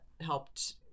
helped